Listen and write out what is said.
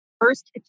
first